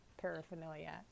paraphernalia